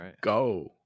go